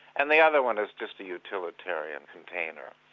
and the other one is just a utilitarian container.